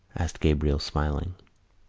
asked gabriel, smiling.